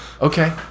Okay